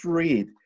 read